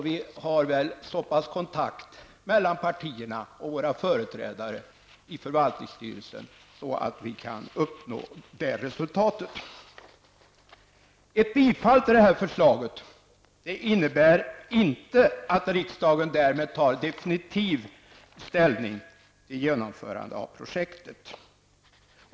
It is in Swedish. Vi har väl så pass bra kontakt mellan partierna och våra företrädare i förvaltningsstyrelsen att detta resultat kan uppnås. Ett bifall till detta förslag innebär inte att riksdagen därmed tar definitiv ställning till genomförande av projektet.